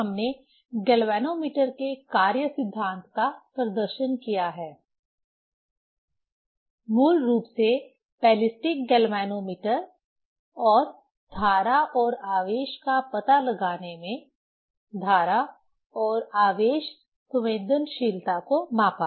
हमने गैल्वेनोमीटर के कार्य सिद्धांत का प्रदर्शन किया है मूल रूप से बैलिस्टिक गैल्वेनोमीटर और धारा और आवेश का पता लगाने में धारा और आवेश संवेदनशीलता को मापा